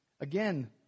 Again